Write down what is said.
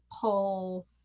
pull